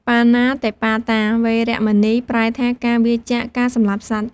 បាណាតិបាតា វេរមណី ប្រែថា ការវៀរចាកការសម្លាប់សត្វ។